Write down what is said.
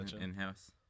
in-house